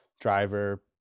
driver